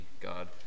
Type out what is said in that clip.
God